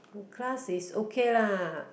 the class is okay lah